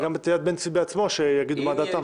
וגם את יד בן-צבי עצמם שיגידו מה דעתם.